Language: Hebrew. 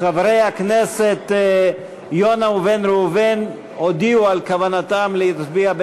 חברי הכנסת יונה ובן ראובן הודיעו על כוונתם להצביע,